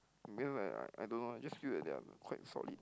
male leh I I don't know just feel that they're quite solid